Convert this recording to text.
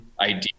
idea